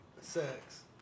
Sex